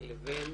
לבין